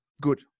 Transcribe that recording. good